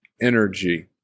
energy